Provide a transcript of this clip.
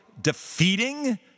defeating